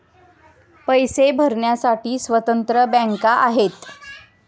पैसे भरण्यासाठी स्वतंत्र बँका आहेत